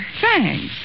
Thanks